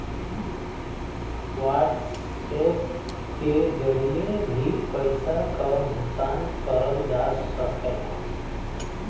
WhatsApp के जरिए भी पइसा क भुगतान करल जा सकला